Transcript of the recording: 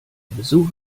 besuch